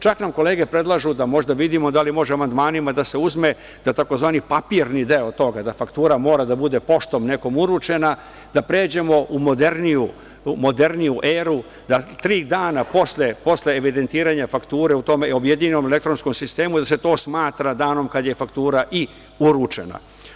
Čak nam kolege predlažu da možda vidimo da li može amandmanima da se uzme da tzv. papirni deo toga, da faktura mora da bude poštom nekom uručena, da pređemo u moderniju eru, da tri dana posle evidentiranja fakture u tom objedinjenom elektronskom sistemu se to smatra danom kada je faktura i uručena.